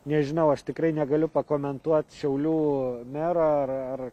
nežinau aš tikrai negaliu pakomentuot šiaulių mero ar ar